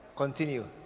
Continue